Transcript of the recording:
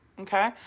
okay